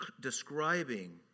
describing